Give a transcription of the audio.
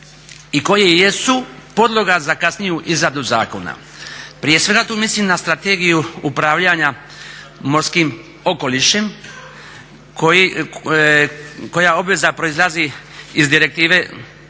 i koje jesu podloga za kasniju izradu zakona. Prije svega tu mislim na Strategiju upravljanja morskim okolišem koja obveza proizlazi iz Direktive